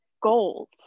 goals